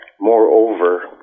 Moreover